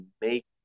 make